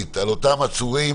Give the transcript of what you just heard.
לא רק להסתודד מסביב,